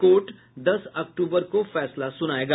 court दस अक्टूबर को फैसला सुनायेगा